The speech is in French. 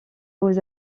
aux